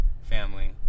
family